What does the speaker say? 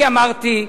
אני אמרתי,